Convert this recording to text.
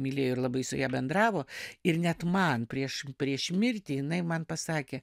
mylėjo ir labai su ja bendravo ir net man prieš prieš mirtį jinai man pasakė